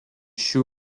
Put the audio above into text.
šių